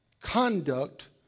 Conduct